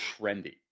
trendy